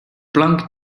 plank